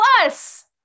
Plus